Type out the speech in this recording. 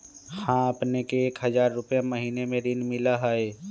हां अपने के एक हजार रु महीने में ऋण मिलहई?